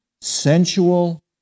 sensual